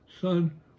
son